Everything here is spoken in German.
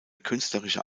künstlerische